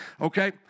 okay